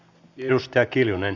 jostakin ne